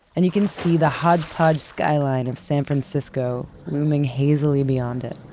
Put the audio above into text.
and you can see the hodgepodge skyline of san francisco looming hazily beyond it.